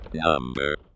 Number